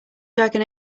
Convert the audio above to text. dragon